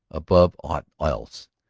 above aught else,